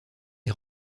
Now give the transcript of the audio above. est